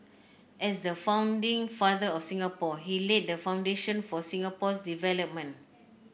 as the founding father of Singapore he laid the foundation for Singapore's development